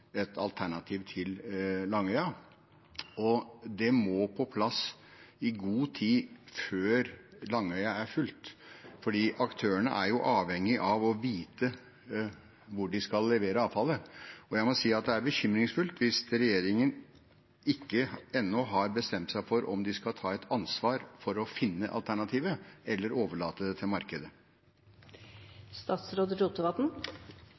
alternativ til Langøya. Det må på plass i god tid før Langøya er fullt, for aktørene er avhengige av å vite hvor de skal levere avfallet. Jeg må si det er bekymringsfullt hvis regjeringen ikke ennå har bestemt seg for om de skal ta et ansvar for å finne alternativet eller overlate det til